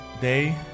day